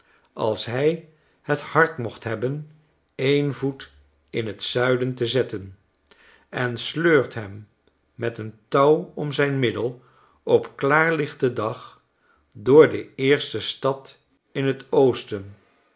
als hij het hart mocht hebben n voet in t zuiden te zetten en sleurt hem met een touw om zijnmiddel op klaarlichten dag door de eerste stad in t oosten